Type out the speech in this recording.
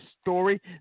story